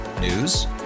News